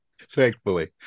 Thankfully